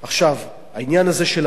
העניין הזה של התעסוקה,